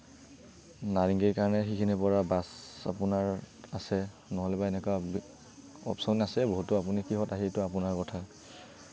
নাৰেঙ্গীৰ কাৰণে সেইখিনিৰ পৰা বাছ আপোনাৰ আছে নহ'লেবা এনেকুৱা অপচন আছে বহুতো আপুনি কিহত আহে সেইটো আপোনাৰ কথা